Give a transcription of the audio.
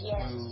Yes